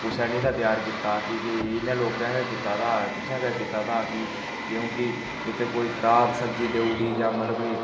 कुसै नी था त्यार कीता कि के इनें लोकें गै कीता दा तुसें गै कीता दा कि क्योंकि इत्थै कोई खराब सब्जी देई ओड़ी जां मतलब कि